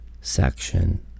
Section